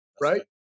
Right